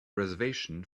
reservation